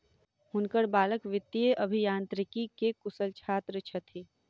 हुनकर बालक वित्तीय अभियांत्रिकी के कुशल छात्र छथि